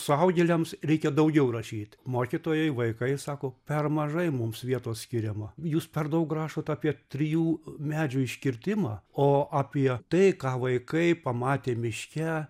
suaugėliams reikia daugiau rašyt mokytojai vaikai sako per mažai mums vietos skiriama jūs per daug rašot apie trijų medžių iškirtimą o apie tai ką vaikai pamatė miške